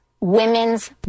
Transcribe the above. women's